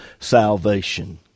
salvation